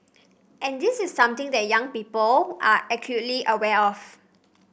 and this is something that young people are acutely aware of